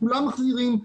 כולם מחזירים,